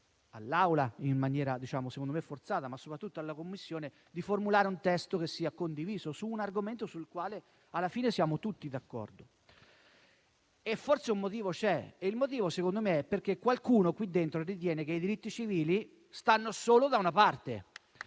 avviso in maniera forzata - ma soprattutto alla Commissione, di formulare un testo che sia condiviso su un argomento sul quale alla fine siamo tutti d'accordo. Forse un motivo c'è. Il motivo - secondo me - è perché qualcuno qui dentro ritiene che i diritti civili stiano solo da una parte.